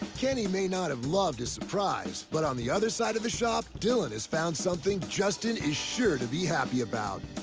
kenny may not have loved his surprise, but on the other side of the shop, dylan has found something justin is sure to be happy about.